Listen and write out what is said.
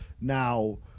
Now